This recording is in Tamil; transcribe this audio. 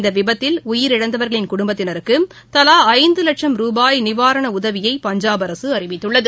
இந்தவிபத்தில் உயிரிழந்தவர்களின் குடும்பத்தினருக்குதலாஐந்துலட்சும் ரூபாய் நிவாரணஉதவியை பஞ்சாப் அரசுஅறிவித்துள்ளது